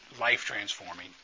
life-transforming